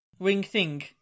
Wingthing